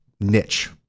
niche